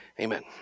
Amen